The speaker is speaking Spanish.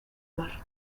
mar